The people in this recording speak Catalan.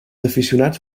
aficionats